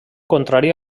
contrari